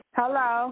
hello